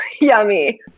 yummy